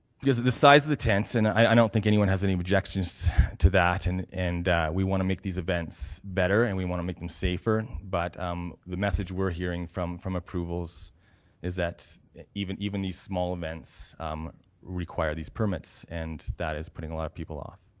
because of the size of the tents, and i don't think anyone has any objections to that. and and we want to make these events better, and we want to make them safer, but um the message we're hearing from from approvals is that even even these small events require these permits. and that is ripping a lot of people off.